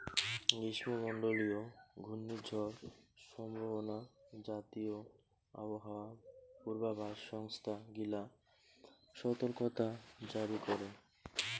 গ্রীষ্মমণ্ডলীয় ঘূর্ণিঝড় সম্ভাবনা জাতীয় আবহাওয়া পূর্বাভাস সংস্থা গিলা সতর্কতা জারি করে